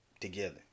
together